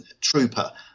trooper